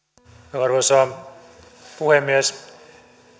arvoisa puhemies